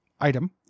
item